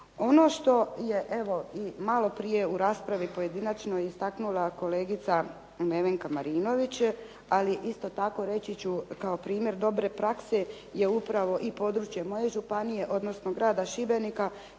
Ono što je evo i malo prije u raspravi pojedinačnoj istaknula kolegica Nevenka Marinović, ali isto tako reći ću kao primjer dobre prakse je upravo i područje moje županije, odnosno grada Šibenika